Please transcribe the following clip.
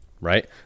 right